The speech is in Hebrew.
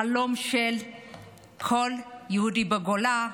חלום של כל יהודי בגולה,